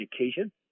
education